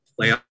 playoff